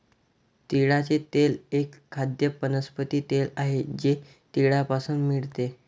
तिळाचे तेल एक खाद्य वनस्पती तेल आहे जे तिळापासून मिळते